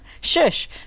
shush